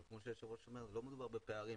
אבל כמו שהיושב-ראש אומר לא מדובר בפערים,